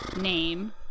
name